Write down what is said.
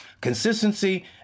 consistency